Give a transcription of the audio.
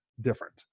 different